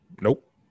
Nope